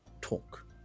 talk